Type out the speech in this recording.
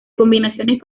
combinaciones